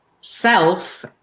self